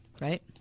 Right